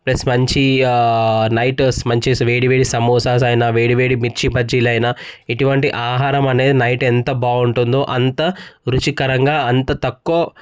plus మంచి munchies వేడివేడి సమోసాస్ అయిన వేడి వేడి మిర్చి బజ్జీలు అయినా ఇటువంటి ఆహారం అనేది ఎంత బాగుంటుందో అంతా రుచికరంగా అంత తక్కువ